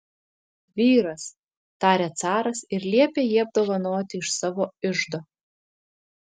vyras tarė caras ir liepė jį apdovanoti iš savo iždo